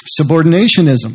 subordinationism